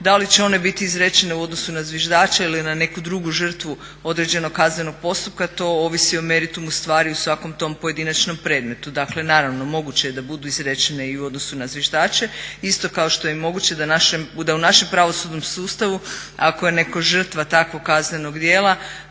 Da li će one biti izrečene u odnosu na zviždače ili na neku drugu žrtvu određenog kaznenog postupka to ovisi o meritumu stvari u svakom tom pojedinačnom predmetu. Dakle, naravno moguće je da budu izrečene i u odnosu na zviždače isto kao što je moguće da u našem pravosudnom sustavu ako je netko žrtva takvog kaznenog djela